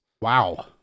Wow